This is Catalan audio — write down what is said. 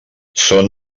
són